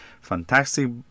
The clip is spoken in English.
fantastic